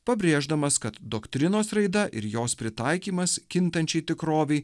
pabrėždamas kad doktrinos raida ir jos pritaikymas kintančiai tikrovei